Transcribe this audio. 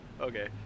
okay